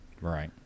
Right